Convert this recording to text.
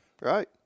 right